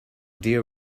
dear